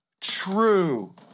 true